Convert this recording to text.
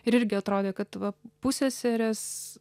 ir irgi atrodė kad va pusseserės